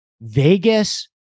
Vegas